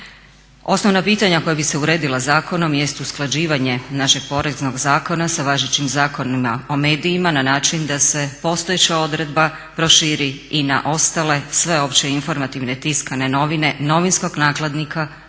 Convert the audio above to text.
Osnovna pitanja koja bi se uredila zakonom jest usklađivanje našeg Poreznog zakona sa važećim zakonima o medijima na način da se postojeća odredba proširi i na ostale sve opće informativne tiskane novine novinskog nakladnika koji